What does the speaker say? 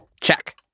Check